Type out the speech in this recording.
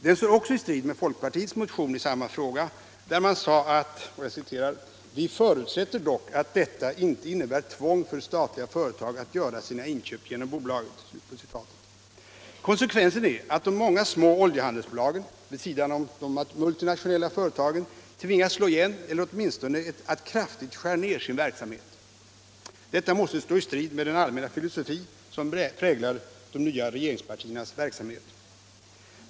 Det står också i strid med folkpartiets motion i samma fråga, där man sade: ”Vi förutsätter dock att detta inte innebär tvång för statliga företag att göra sina inköp genom bolaget.” Konsekvensen är att de många små oljehandelsbolagen, vid sidan om de multinationella företagen, tvingas slå igen eller åtminstone kraftigt skära ned sin verksamhet. Det måste stå i strid med den allmänna filosofi som präglar de nya regeringspartiernas verksamhet.